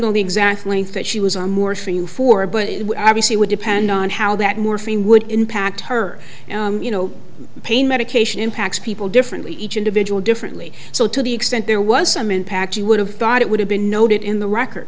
know the exact length that she was on morphine for but obviously would depend on how that morphine would impact her you know pain medication impacts people differently each individual differently so to the extent there was some impact you would have thought it would have been noted in the record